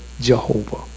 Jehovah